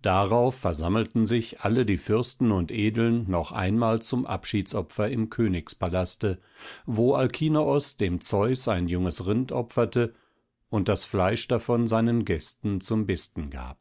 darauf versammelten sich alle die fürsten und edeln noch einmal zum abschiedsopfer im königspalaste wo alkinoos dem zeus ein junges rind opferte und das fleisch davon seinen gästen zum besten gab